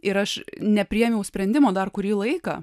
ir aš nepriėmiau sprendimo dar kurį laiką